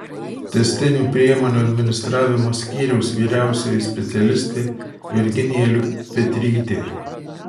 tęstinių priemonių administravimo skyriaus vyriausioji specialistė virginija liukpetrytė